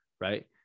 right